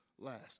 last